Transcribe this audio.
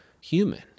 human